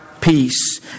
peace